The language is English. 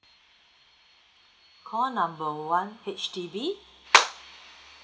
call number one H_D_B